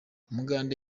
umugande